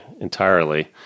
entirely